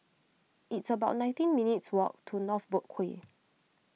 it's about nineteen minutes' walk to North Boat Quay